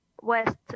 west